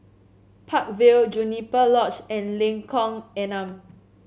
Park Vale Juniper Lodge and Lengkong Enam